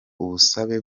ubusabe